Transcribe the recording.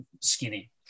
skinny